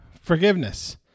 forgiveness